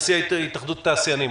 נשיא התאחדות התעשיינים.